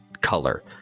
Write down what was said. color